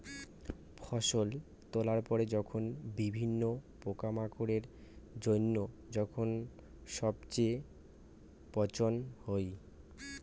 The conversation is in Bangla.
ফসল তোলার পরে যখন বিভিন্ন পোকামাকড়ের জইন্য যখন সবচেয়ে পচন হই